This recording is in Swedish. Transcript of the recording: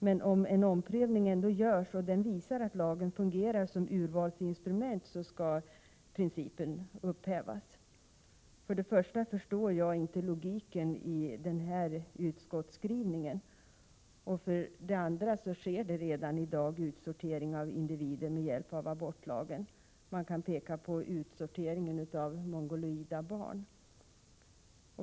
Men om en omprövning ändå görs och den visar att lagen fungerar som urvalsinstrument skall principen upphävas! För det första förstår jag inte logiken i den utskottsskrivningen. För det andra sker redan i dag en utsortering av individer med hjälp av abortlagen. Man kan bara peka på utsorteringen av mongoloida barn.